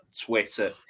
Twitter